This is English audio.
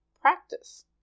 practice